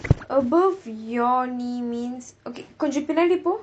above your knee means okay கொஞ்சம் பின்னாடி போ:konjam pinnaadi po